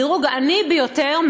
בדירוג העני ביותר,